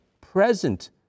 present